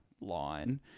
line